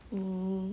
um